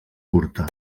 curta